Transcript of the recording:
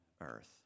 earth